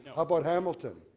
how about hamilton?